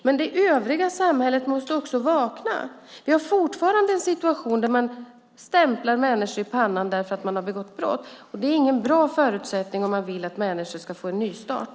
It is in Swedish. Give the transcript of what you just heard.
Men det övriga samhället måste också vakna. Vi har fortfarande en situation där man stämplar människor i pannan därför att de har begått brott, och det är ingen bra förutsättning om man vill att människor ska få en nystart.